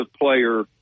player